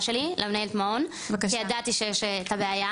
שלי למנהלת המעון כי ידעתי שיש את הבעיה,